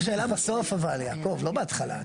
תשאל את השאלה בסוף לא בהתחלה.